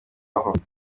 aho